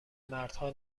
مردها